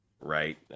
right